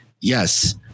yes